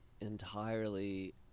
entirely